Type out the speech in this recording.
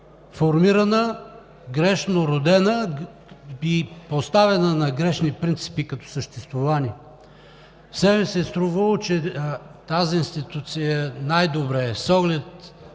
формирана, грешно родена и поставена на грешни принципи като съществувание. Все ми се е струвало, че тази институция е най-добре с оглед